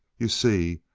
you see,